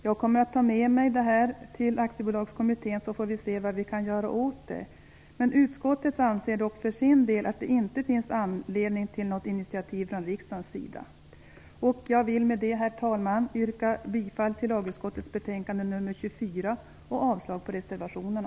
Jag kommer att ta med mig detta till Aktiebolagskommittén, så får vi se vad vi kan göra åt det. Utskottet anser dock för sin del att det inte finns anledning till något initiativ från riksdagen. Jag vill med det, herr talman, yrka bifall till utskottets hemställan i lagutskottets betänkande nr 24